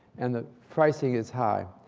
and the pricing is high.